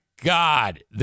God